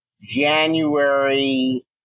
January